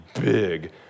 big